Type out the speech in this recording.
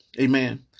amen